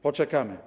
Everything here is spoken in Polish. Poczekamy.